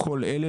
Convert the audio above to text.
על כל אלה,